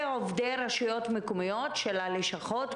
אלה עובדי רשויות מקומיות של הלשכות?